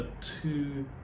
two